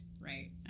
right